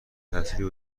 تأثیر